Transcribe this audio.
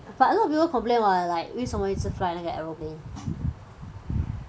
but a lot of people complain [what] like 为什么一直 fly 那个 aeroplane